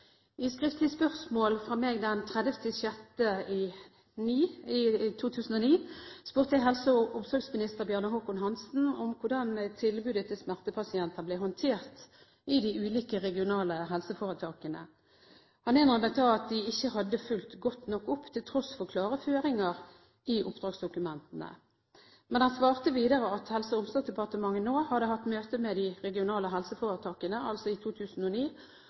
I skriftlig spørsmål fra meg, datert den 30. juni 2009, spurte jeg helse- og omsorgsminister Bjarne Håkon Hanssen om hvordan tilbudet til smertepasienter ble håndtert i de ulike regionale helseforetakene. Han innrømmet da at de ikke ble fulgt godt nok opp, til tross for klare føringer i oppdragsdokumentene. Men han svarte videre at Helse- og omsorgsdepartementet nå hadde hatt møte med de regionale helseforetakene – altså i 2009